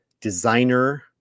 designer